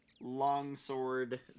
longsword